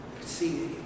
see